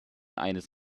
eines